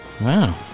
wow